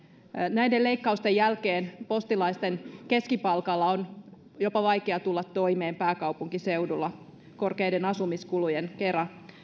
näiden leikkausten jälkeen postilaisten keskipalkalla on jopa vaikea tulla toimeen pääkaupunkiseudulla korkeiden asumiskulujen kera